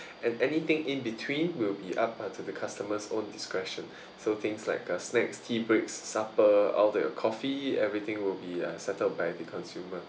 and anything in between will be up uh to the customer's own discretion so things like uh snacks tea breaks supper all the coffee everything will be uh settled by the consumer